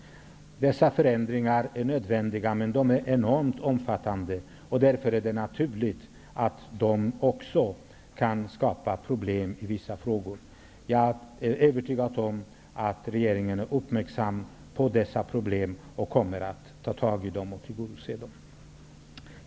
Dessa förändringar är nödvändiga men enormt omfattande, och därför är det naturligt att de också kan skapa problem på vissa områden. Jag är övertygad om att regeringen är uppmärksam på dessa problem och kommer att ta tag i dem.